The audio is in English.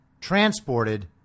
transported